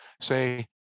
say